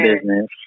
business